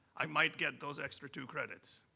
i might get those extra two credits.